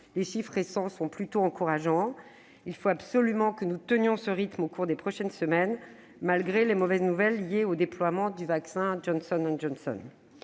Les chiffres récents sont plutôt encourageants ; il nous faut absolument tenir ce rythme au cours des prochaines semaines, malgré les mauvaises nouvelles liées au déploiement du vaccin Johnson & Johnson.